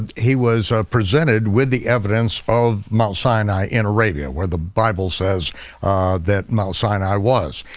he was presented with the evidence of mount sinai in arabia where the bible says that mount sinai was.